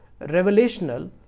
revelational